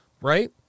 right